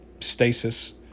stasis